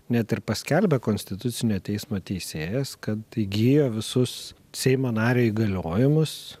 net ir paskelbę konstitucinio teismo teisėjas kad įgijo visus seimo nario įgaliojimus